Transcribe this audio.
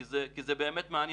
כי זה באמת מעניין.